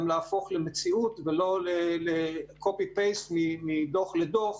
להפוך למציאות ולא ל-copy-paste מדוח לדוח,